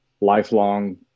lifelong